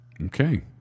Okay